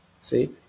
See